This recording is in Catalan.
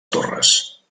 torres